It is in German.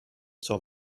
zur